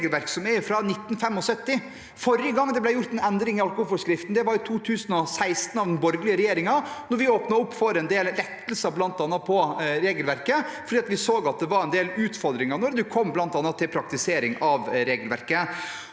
fra 1975. Forrige gang det ble gjort en endring i alkoholforskriften, var i 2016, av den borgerlige regjeringen, da vi åpnet opp for en del lettelser i regelverket fordi vi så at det var en del utfordringer med praktisering av regelverket.